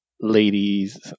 ladies